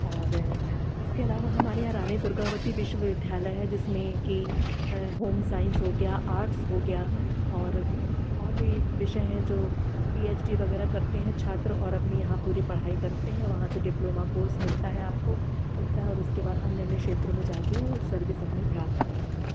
और इसके अलावा हमारे यहाँ रानी दुर्गावती विश्वविद्यालय है जिसमें कि होम साइंस हो गया आर्टस हो गया और और भी विषय हैं जो पी एच डी वगैरह करते हैं छात्र और अपनी यहाँ पूरी पढ़ाई करते हैं वहाँ से डिप्लोमा कोर्स मिलता है आपको मिलता है और उसके बाद अन्य अन्य क्षेत्रों में जाके वो सर्विस अपनी प्राप्त करते हैं